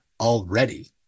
already